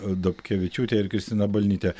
dobkevičiūte ir kristina balnyte